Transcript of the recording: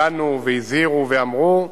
דנו, הזהירו ואמרו.